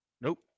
Nope